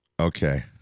Okay